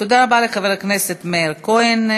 תודה רבה לחבר הכנסת מאיר כהן.